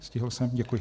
Stihl jsem, děkuji.